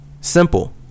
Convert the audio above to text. Simple